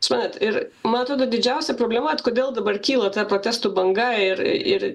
suprantat ir man atrodo didžiausia problema vat kodėl dabar kyla protestų banga ir ir